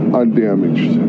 undamaged